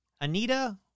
Anita